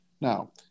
Now